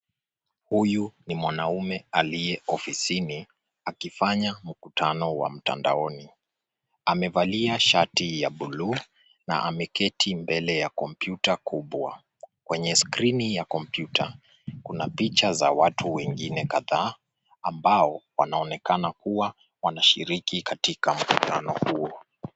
Huyu ni mwanaume aliye ofisini akifanya mkutano wa mtandaoni. Amevalia shati ya buluu na ameketi mbele ya kompyuta kubwa. Kwenye skrini ya kompyuta kuna picha za watu wengine kadhaa ambao wanaonekana kuwa wanashiriki katika mkutano huo.